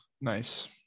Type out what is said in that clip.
Nice